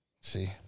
See